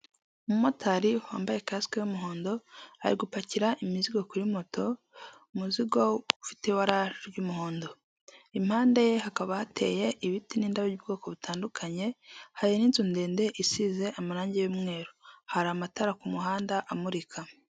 Umumotari wambaye kasike y'umuhondo, ari gupakira imizigo kuri moto, umuzingo ufite ibara ry'umuhondo, impande ye hakaba hateye ibiti n'indabo byo mubwoko butandukanye, hari n'inzu ndende isize amarangi y'umweru, hari amatara ku muhanda amurika.